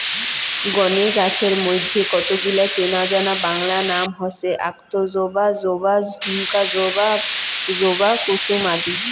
গণে গছের মইধ্যে কতগিলা চেনাজানা বাংলা নাম হসে অক্তজবা, জবা, ঝুমকা জবা, জবা কুসুম আদি